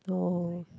no